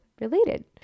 related